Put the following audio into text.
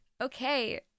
Okay